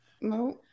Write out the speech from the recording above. no